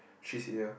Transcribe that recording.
she's here